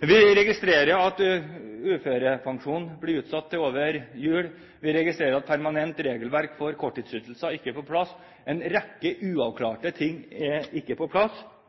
Vi registrerer at uførepensjonssaken blir utsatt til over jul. Vi registrerer at permanent regelverk for korttidsytelser ikke er på plass. En rekke uavklarte ting er ikke på plass.